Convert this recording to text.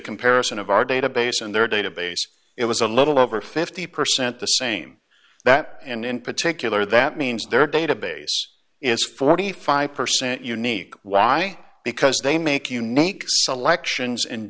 comparison of our database and their database it was a little over fifty percent the same that and in particular that means their database is forty five percent unique why because they make unique selections in